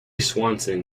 swanson